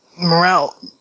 Morale